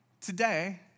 Today